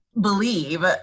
believe